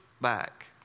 back